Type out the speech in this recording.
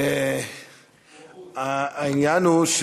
העניין הוא,